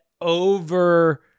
over